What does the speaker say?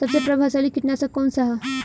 सबसे प्रभावशाली कीटनाशक कउन सा ह?